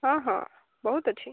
ହଁ ହଁ ବହୁତ ଅଛି